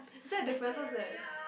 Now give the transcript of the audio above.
is that a differences that